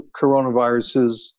coronaviruses